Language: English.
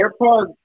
AirPods